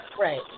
Right